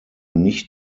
nicht